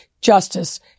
justice